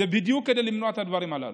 זה בדיוק כדי למנוע את הדברים הללו.